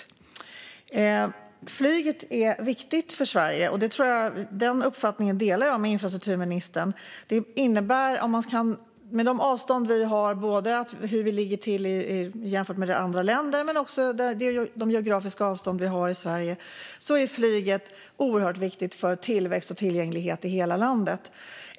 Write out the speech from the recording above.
Att flyget är viktigt för Sverige är en uppfattning som jag och infrastrukturministern delar. På grund av Sveriges avstånd till andra länder och våra geografiska avstånd inom landet är flyget oerhört viktigt för tillväxt och tillgänglighet i hela landet.